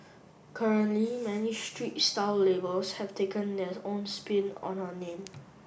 currently many street style labels have taken their own spin on her name